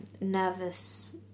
nervous